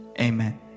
amen